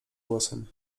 głosem